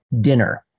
dinner